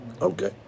Okay